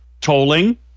tolling